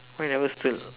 why you never steal